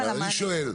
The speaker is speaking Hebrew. אני שואל.